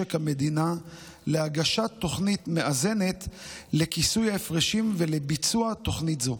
משק המדינה להגשת תוכנית מאזנת לכיסוי ההפרשים ולביצוע תוכנית זו.